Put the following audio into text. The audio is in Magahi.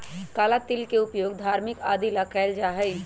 काला तिल के उपयोग धार्मिक आदि ला कइल जाहई